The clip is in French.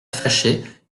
fâché